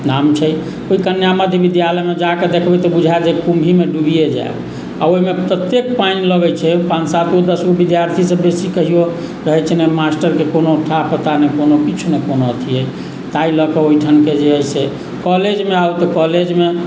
नाम छै ओ कन्या मध्य विद्यालयमे जा कऽ देखबै तऽ बुझाए कुम्भीमे डुबिए जाएब आ ओहिमे तत्तेक पानि लगै छै पाँच सात गो दस गो विद्यार्थीसँ बेसी कहियौ रहै छै नहि मास्टरके कोनो थाह पता नहि कोनो किछु नहि कोनो अथिए ताहि लऽ के ओहिठन के जे कॉलेजमे आउ तऽ कॉलेजमे